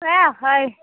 सएह हइ